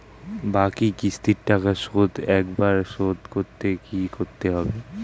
বাকি কিস্তির টাকা শোধ একবারে শোধ করতে কি করতে হবে?